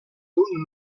d’un